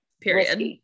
period